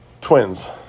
twins